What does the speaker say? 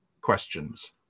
questions